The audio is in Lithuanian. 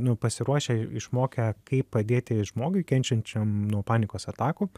nu pasiruošę išmokę kaip padėti žmogui kenčiančiam nuo panikos atakų